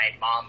mom